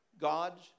God's